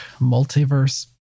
multiverse